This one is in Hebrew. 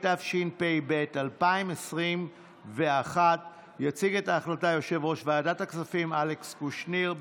התשפ"ב 2021. יציג את ההחלטה יושב-ראש ועדת הכספים אלכס קושניר,